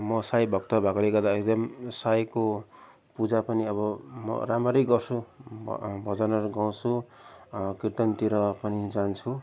म साई भक्त भएकोले गर्दा एकदम साईको पूजा पनि अब म राम्ररी गर्छु भ भजनहरू गाउँछु कीर्तनतिर पनि जान्छु